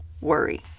worry